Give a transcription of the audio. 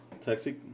Taxi